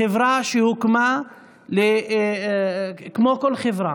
חברה שהוקמה כמו כל חברה.